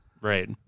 Right